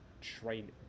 train